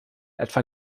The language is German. etwa